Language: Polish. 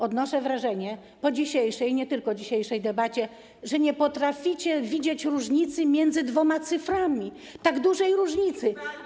Odnoszę wrażenie po dzisiejszej, nie tylko dzisiejszej, debacie, że nie potraficie widzieć różnicy między dwoma cyframi, tak dużej różnicy.